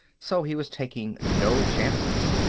so he was taking no chances.